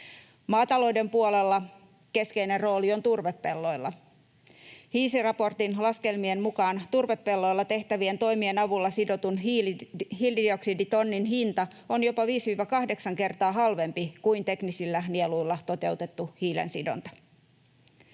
Maatalouden puolella keskeinen rooli on turvepelloilla. HIISI-raportin laskelmien mukaan turvepelloilla tehtävien toimien avulla sidotun hiilidioksiditonnin hinta on jopa 5—8 kertaa halvempi kuin teknisillä nieluilla toteutettu hiilensidonta.